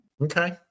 Okay